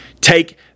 take